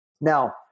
Now